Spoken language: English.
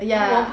ya